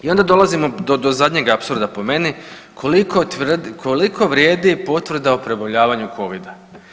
I onda dolazimo do zadnjeg apsurda po meni, koliko vrijedi potvrda o preboljavanju covida?